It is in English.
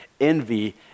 Envy